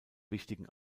wichtigen